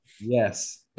yes